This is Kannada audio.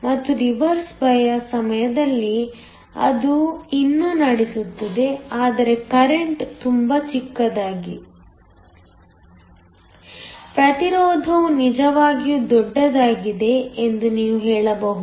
ಮತ್ತು ರಿವರ್ಸ್ ಬಯಾಸ್ ಸಮಯದಲ್ಲಿ ಅದು ಇನ್ನೂ ನಡೆಸುತ್ತದೆ ಆದರೆ ಕರೆಂಟ್ ತುಂಬಾ ಚಿಕ್ಕದಾಗಿದೆ ಪ್ರತಿರೋಧವು ನಿಜವಾಗಿಯೂ ದೊಡ್ಡದಾಗಿದೆ ಎಂದು ನೀವು ಹೇಳಬಹುದು